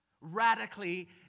radically